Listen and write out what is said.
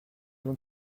vont